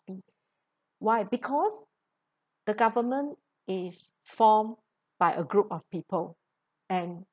why because the government is formed by a group of people and